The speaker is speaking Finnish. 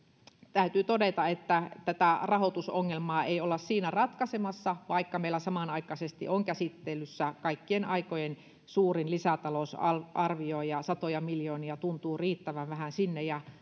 täytyy todeta että tätä rahoitusongelmaa ei olla siinä ratkaisemassa vaikka meillä samanaikaisesti on käsittelyssä kaikkien aikojen suurin lisätalousarvio ja satoja miljoonia tuntuu riittävän vähän sinne ja